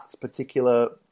particular